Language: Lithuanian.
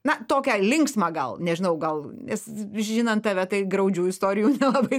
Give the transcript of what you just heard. na tokią linksmą gal nežinau gal nes žinant tave tai graudžių istorijų nelabai